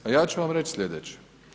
A ja ću vam reći slijedeće.